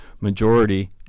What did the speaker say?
majority